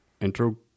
intro